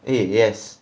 eh yes